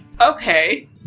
Okay